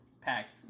packed